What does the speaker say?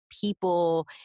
People